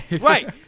Right